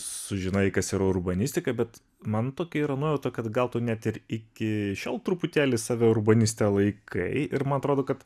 sužinai kas yra urbanistika bet man tokia yra nuojauta kad gal tu net iki šiol truputėlį save urbaniste laikai ir man atrodo kad